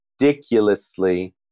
ridiculously